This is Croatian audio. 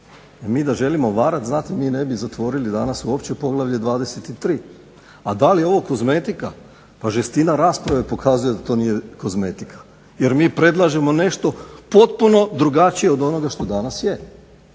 mi da želimo varati mi danas ne bi uopće zatvorili poglavlje 23. A da li je ovo kozmetika? Pa žestina rasprave pokazuje da to nije kozmetika, jer mi predlažemo nešto potpuno drugačije od onoga što danas je.